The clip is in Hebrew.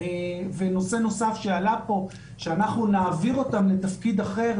נושא נוסף שעלה כאן היה שאנחנו נעביר אותם לתפקיד אחר.